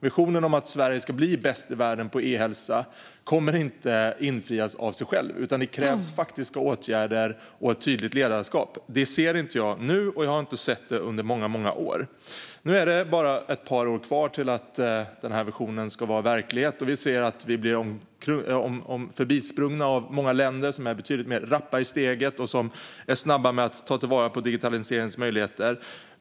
Visionen om att Sverige ska bli bäst i världen på e-hälsa kommer inte att infrias av sig själv, utan det krävs faktiska åtgärder och ett tydligt ledarskap. Detta ser jag inte nu, och jag har inte sett det under många år. Nu är det bara ett par år kvar tills visionen ska vara verklighet. Vi blir förbisprungna av många länder som är betydligt mer rappa i steget och snabba med att ta till vara digitaliseringens möjligheter.